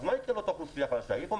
מה יצא לאותה אוכלוסיית האשראי?